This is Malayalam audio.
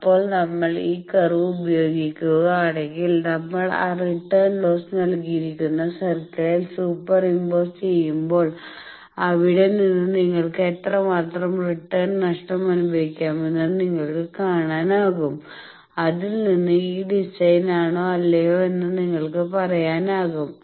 അപ്പോൾ നമ്മൾ ഈ കർവ് ഉപയോഗിക്കുക ആണെങ്കിൽ നമ്മൾ ആ റിട്ടേൺ ലോസ് നൽകിയിരിക്കുന്ന സർക്കിളിൽ സൂപ്പർ ഇമ്പോസ് ചെയ്യുമ്പോൾ അവിടെ നിന്ന് നിങ്ങൾക്ക് എത്രമാത്രം റിട്ടേൺ നഷ്ടം അനുഭവിക്കാമെന്ന് നിങ്ങൾക്ക് കാണാനാകും അതിൽ നിന്ന് ഈ ഡിസൈൻ ആണോ അല്ലയോ എന്ന് നിങ്ങൾക്ക് പറയാനാകും